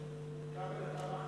אדוני היושב-ראש,